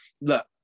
look